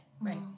Right